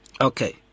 Okay